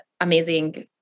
amazing